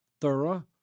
thorough